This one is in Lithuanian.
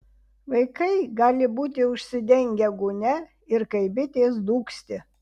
vaikai gali būti užsidengę gūnia ir kaip bitės dūgzti